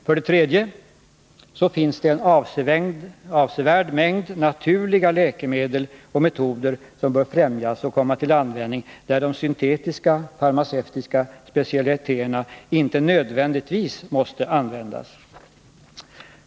För det tredje finns det en avsevärd mängd naturliga läkemedel och metoder som bör främjas och komma till användning där de syntetiska farmacevtiska specialiteterna inte nödvändigtvis måste användas.